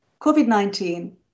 COVID-19